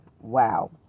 Wow